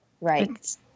Right